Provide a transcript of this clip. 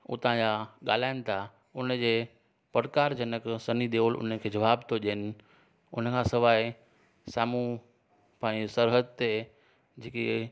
उतां या ॻाल्हाइन था उन जे प्रकार जनक सन्नी देओल उन खे जवाब थो ॾियनि उन खां सवाइ साम्हूं पाईं सरहद ते जेकि